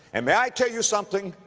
and may i tell you something,